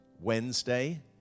Wednesday